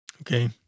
okay